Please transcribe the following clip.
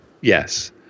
Yes